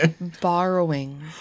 Borrowing